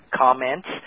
comments